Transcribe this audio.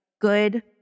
good